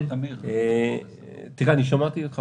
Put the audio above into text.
שמעתי אותך